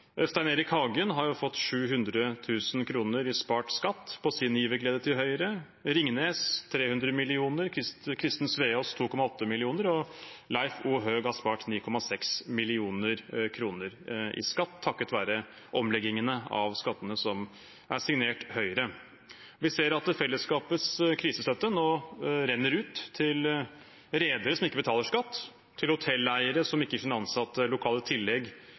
Hagen har fått 700 000 kr i spart skatt på sin giverglede til Høyre, Ringnes 300 mill. kr og Christen Sveaas 2,8 mill. kr, og Leif O. Høegh har spart 9,6 mill. kr i skatt takket være omleggingen av skattene som er signert Høyre. Vi ser at fellesskapets krisestøtte nå renner ut til redere som ikke betaler skatt, til hotelleiere som ikke gir sine ansatte lokale tillegg